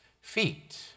feet